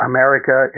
America